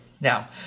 now